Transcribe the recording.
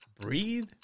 Breathe